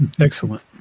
Excellent